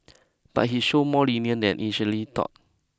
but he showed more leniency than initially thought